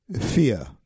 Fear